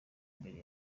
mbere